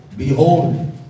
Behold